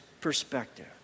perspective